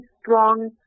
strong